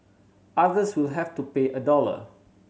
others will have to pay a dollar